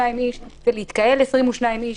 להתקהל 22 איש.